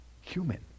human